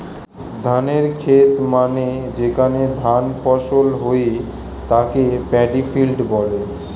ধানের খেত মানে যেখানে ধান ফসল হয়ে তাকে প্যাডি ফিল্ড বলে